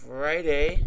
Friday